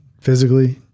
physically